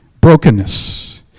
Brokenness